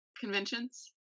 conventions